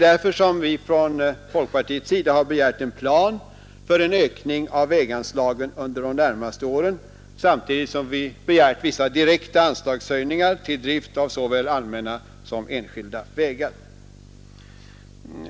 Därför har vi från folkpartiets sida begärt en plan för en ökning av väganslagen under de närmaste åren, samtidigt som vi begärt vissa direkta anslagshöjningar till drift av såväl allmänna som enskilda vägar.